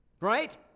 Right